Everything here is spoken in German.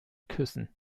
küssen